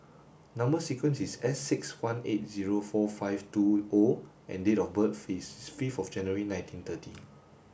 number sequence is S six one eight zero four five two O and date of birth is fifth of January nineteen thirty